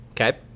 okay